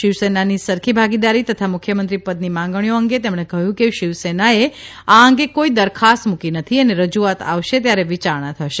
શિવસેનાની સરખી ભાગીદીરી તથા મુખ્યમંત્રી પદની માંગણીઓ અંગે તેમણે કહ્યુ કે શિવસેનાએ આ અંગે કોઇ દરખાસ્ત મૂકી નથી અને રજૂઆત આવશે ત્યારે વિચારણા થશે